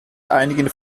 einigen